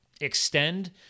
Extend